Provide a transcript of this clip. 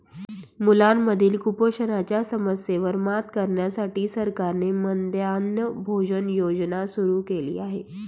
मुलांमधील कुपोषणाच्या समस्येवर मात करण्यासाठी सरकारने मध्यान्ह भोजन योजना सुरू केली आहे